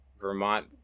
Vermont